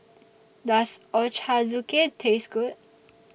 Does Ochazuke Taste Good